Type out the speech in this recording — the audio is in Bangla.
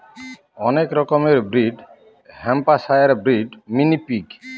অনেক রকমের ব্রিড হ্যাম্পশায়ারব্রিড, মিনি পিগ